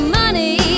money